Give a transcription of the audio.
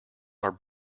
are